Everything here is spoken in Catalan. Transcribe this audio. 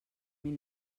mil